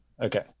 Okay